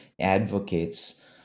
advocates